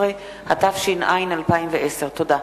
13), התש"ע 2010. תודה.